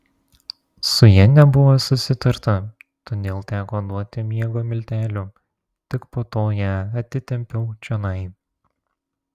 su ja nebuvo susitarta todėl teko duoti miego miltelių tik po to ją atitempiau čionai